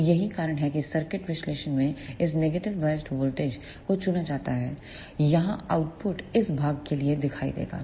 तो यही कारण है कि सर्किट विश्लेषण में इस नेगेटिव बायसड वोल्टेज को चुना जाता है यहां आउटपुट इस भाग के लिए दिखाई देगा